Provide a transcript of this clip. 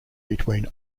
between